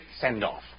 send-off